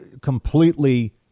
completely